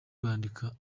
bandika